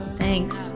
thanks